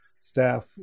staff